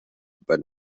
but